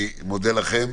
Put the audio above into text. אני מודה לכם.